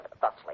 thusly